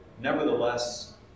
nevertheless